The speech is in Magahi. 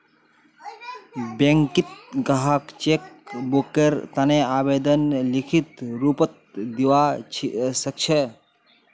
बैंकत ग्राहक चेक बुकेर तने आवेदन लिखित रूपत दिवा सकछे